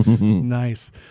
Nice